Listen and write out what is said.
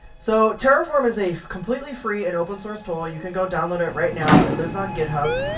so terraform is a completely free and open source tool. you can go download it right now. it lives on github,